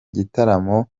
gitaramo